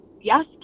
Yes